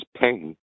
pain